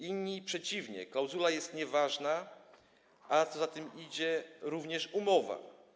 Inni przeciwnie: klauzula jest nieważna, a co za tym idzie - również umowa.